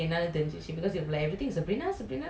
ya ya I saw the video that you posted also